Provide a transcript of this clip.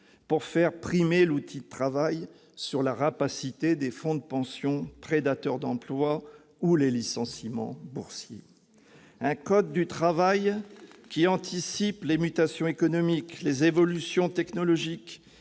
pour faire primer l'outil de travail sur la rapacité des fonds de pension prédateurs d'emplois ou les licenciements boursiers, un code du travail qui anticipe les mutations économiques, les évolutions technologiques,